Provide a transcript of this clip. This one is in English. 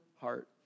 heart